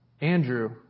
Andrew